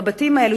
המבטים האלו,